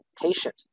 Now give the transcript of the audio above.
patient